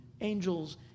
angels